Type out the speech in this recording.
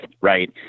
right